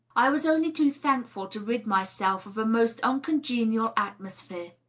i was only too thankful to rid myself of a most uncongenial atmosphere.